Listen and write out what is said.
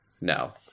No